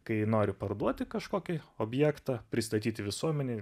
kai nori parduoti kažkokį objektą pristatyti visuomenei